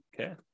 Okay